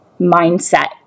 mindset